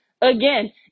Again